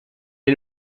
est